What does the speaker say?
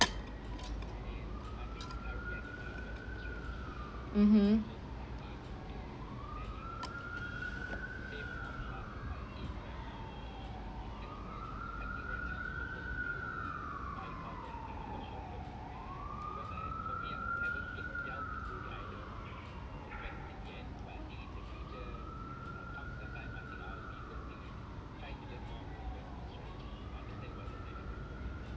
mmhmm